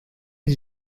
die